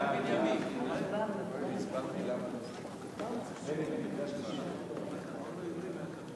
סעיפים 1 58 נתקבלו.